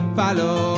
follow